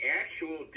actual